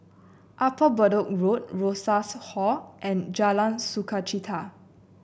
Upper Bedok Road Rosas Hall and Jalan Sukachita